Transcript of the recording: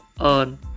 earn